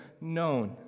known